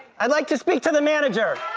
i'd like to speak to the manager!